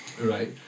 Right